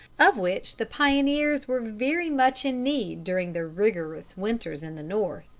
of which the pioneers were very much in need during the rigorous winters in the north.